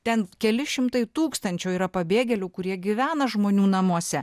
ten keli šimtai tūkstančių yra pabėgėlių kurie gyvena žmonių namuose